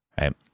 right